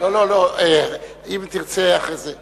יש רשיונות